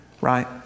right